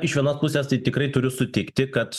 iš vienos pusės tai tikrai turiu sutikti kad